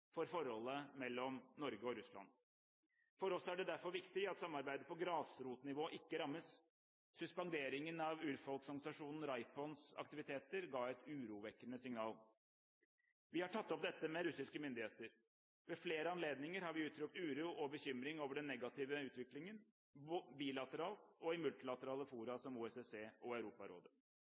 for forholdet mellom Norge og Russland. For oss er det derfor viktig at samarbeidet på grasrotnivå ikke rammes. Suspenderingen av urfolksorganisasjonen RAIPONs aktiviteter ga et urovekkende signal. Vi har tatt opp dette med russiske myndigheter. Ved flere anledninger har vi uttrykt uro og bekymring over den negative utviklingen, bilateralt og i multilaterale fora, som OSSE og Europarådet.